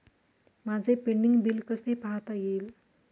माझे pending bill कसे पाहता येईल?